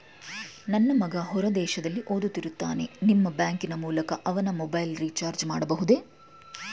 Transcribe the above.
ನನ್ನ ಮಗ ಹೊರ ದೇಶದಲ್ಲಿ ಓದುತ್ತಿರುತ್ತಾನೆ ನಿಮ್ಮ ಬ್ಯಾಂಕಿನ ಮೂಲಕ ಅವನ ಮೊಬೈಲ್ ರಿಚಾರ್ಜ್ ಮಾಡಬಹುದೇ?